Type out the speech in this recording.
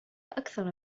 أكثر